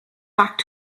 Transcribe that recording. back